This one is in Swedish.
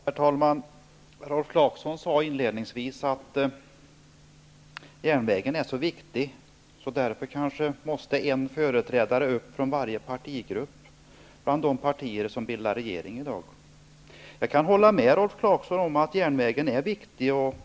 Herr talman! Rolf Clarkson sade inledningsvis att järnvägen är så viktig att en företrädare måste upp och tala från varje partigrupp bland de partier som i dag bildar regeringen. Jag kan hålla med Rolf Clarkson om att järnvägen är viktig.